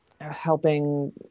helping